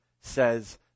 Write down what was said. says